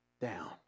down